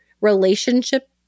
relationship